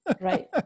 right